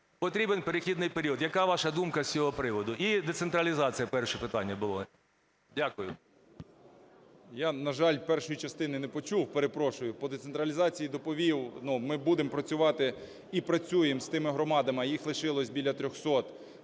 потрібен перехідний період. Яка ваша думка з цього приводу? І децентралізація, перше питання було. Дякую. 10:34:16 ШМИГАЛЬ Д.А. Я, на жаль, першої частини не почув, перепрошую. По децентралізації доповів, ну, ми будемо працювати і працюємо з тими громадами, а їх лишилося біля 300,